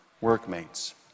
workmates